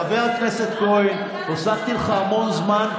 חבר הכנסת כהן, הוספתי לך המון זמן.